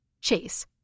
chase